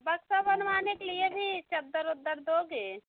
बक्सा बनवाने के लिए भी चद्दर वद्दर दोगे